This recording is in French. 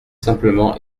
simplement